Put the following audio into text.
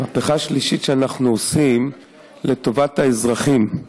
שלישית שאנחנו עושים לטובת האזרחים.